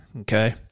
okay